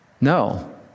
No